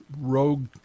rogue